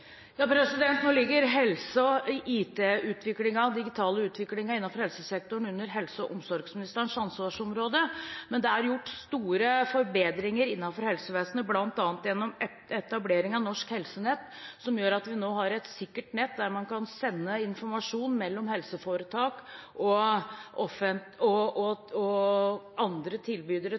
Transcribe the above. Nå ligger helse og den digitale utviklingen innenfor helsesektoren under helse- og omsorgsministerens ansvarsområde. Men det er gjort store forbedringer innenfor helsevesenet, bl.a. gjennom etablering av Norsk Helsenett, som gjør at vi nå har et sikkert nett der man kan sende informasjon mellom helseforetak og